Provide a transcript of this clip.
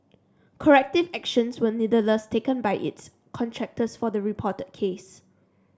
corrective actions were nevertheless taken by its contractors for the reported case